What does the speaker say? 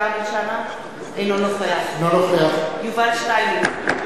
אינו נוכח יובל שטייניץ,